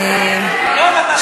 אורן,